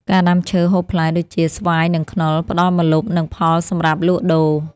ការដាំឈើហូបផ្លែដូចជា ស្វាយ និងខ្នុរ ផ្តល់ម្លប់ និងផលសម្រាប់លក់ដូរ។